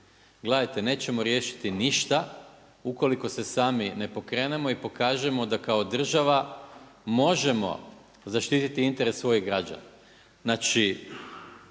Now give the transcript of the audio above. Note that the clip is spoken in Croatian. Gledajte, nećemo riješiti ništa ukoliko se sami ne pokrenemo i pokažemo da kao država možemo zaštititi interes svojih građana.